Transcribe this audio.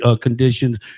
conditions